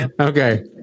Okay